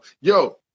yo